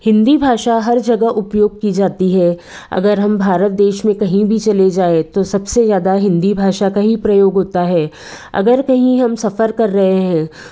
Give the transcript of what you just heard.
हिंदी भाषा हर जगह उपयोग की जाती है अगर हम भारत देश में कहीं भी चले जाए तो सबसे ज़्यादा हिंदी भाषा का ही प्रयोग होता है अगर कहीं हम सफ़र कर रहे हैं